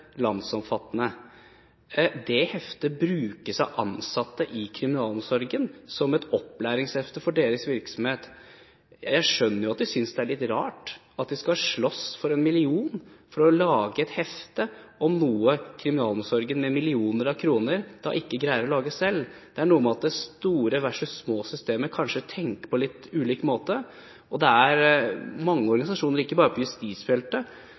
landsomfattende. Det heftet brukes av ansatte i kriminalomsorgen som et opplæringshefte for sin virksomhet. Jeg skjønner at de synes det er litt rart at de skal slåss for en million kroner for å lage et hefte om noe som kriminalomsorgen, med millioner av kroner, ikke greier å lage selv. Det er noe med at store versus små systemer kanskje tenker på litt ulike måter. Det er mange organisasjoner, ikke bare på justisfeltet,